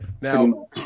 Now